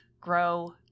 grow